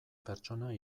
pertsona